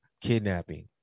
kidnapping